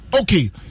Okay